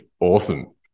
Awesome